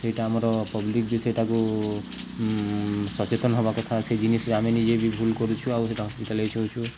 ସେଇଟା ଆମର ପବ୍ଲିକ ବି ସେଇଟାକୁ ସଚେତନ ହବା କଥା ସେ ଜିନିଷରେ ଆମେ ନିଜେ ବି ଭୁଲ କରୁଛୁ ଆଉ ହସ୍ପିଟାଲାଇଜ୍ ହଉଛୁ